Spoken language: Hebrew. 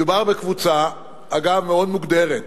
מדובר בקבוצה מאוד מוגדרת,